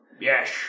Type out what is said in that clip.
Yes